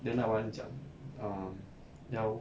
then another one 讲 um 要